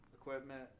equipment